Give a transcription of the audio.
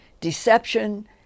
deception